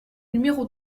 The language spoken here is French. numéro